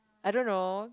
I don't know